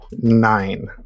Nine